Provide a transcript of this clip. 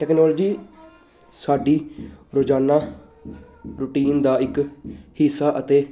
technology ਸਾਡੀ ਰੋਜ਼ਾਨਾ routine ਦਾ ਇੱਕ ਹਿੱਸਾ ਅਤੇ